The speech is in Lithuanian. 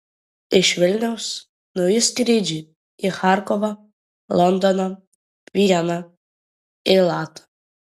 iš vilniaus nauji skrydžiai į charkovą londoną vieną eilatą